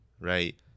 right